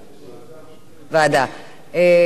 אדוני השר, מה מציע?